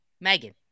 Megan